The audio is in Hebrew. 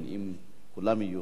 אם כולם יהיו כאן,